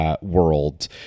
World